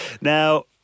Now